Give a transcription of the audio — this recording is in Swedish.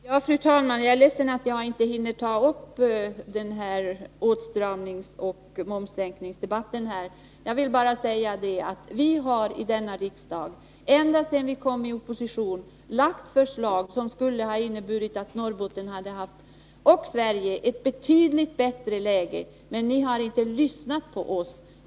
Fru talman! Jag är ledsen för att jag inte hinner ta upp åtstramningsoch momssänkningsdebatten. Jag vill bara understryka att vi ända sedan vi kom i opposition har lagt fram förslag i denna riksdag som om de hade bifallits skulle ha inneburit att Norrbotten och Sverige hade haft ett betydligt bättre läge. Men ni har inte lyssnat på oss.